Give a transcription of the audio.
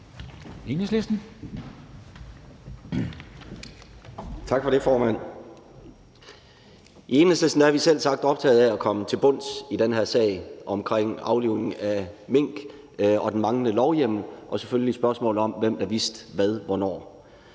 I Enhedslisten er vi selvsagt optaget af at komme til bunds i den her sag omkring aflivningen af mink og den manglende lovhjemmel og selvfølgelig i spørgsmålet om, hvem der vidste hvad hvornår.